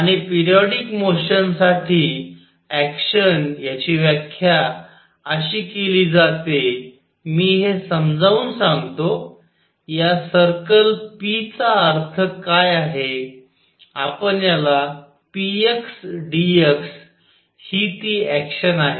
आणि periodic motion साठी action ह्याची व्याख्या अशी केली जाते मी हे समजावून सांगतो या सर्कल p चा अर्थ काय आहे आपण याला px dx ही ती ऍक्शन आहे